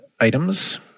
items